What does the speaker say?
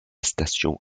station